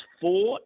four